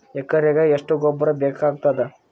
ಎಕರೆಗ ಎಷ್ಟು ಗೊಬ್ಬರ ಬೇಕಾಗತಾದ?